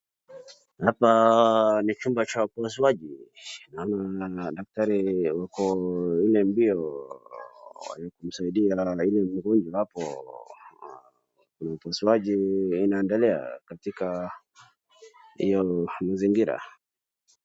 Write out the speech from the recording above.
Hapa ni chumba cha upasuaji naona daktari yuko ile mbio kumsaidia ile mgonjwa hapo. Ni upasuaji inaendelea katika hiyo mazingira.